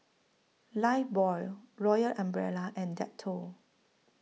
Lifebuoy Royal Umbrella and Dettol